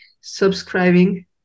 subscribing